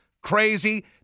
Crazy